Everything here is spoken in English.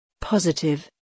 Positive